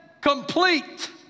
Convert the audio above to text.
complete